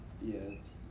Yes